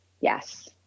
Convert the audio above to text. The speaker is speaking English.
Yes